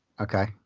okay